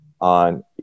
on